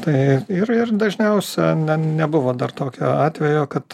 tai ir ir dažniausia ne nebuvo dar tokio atvejo kad